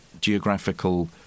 geographical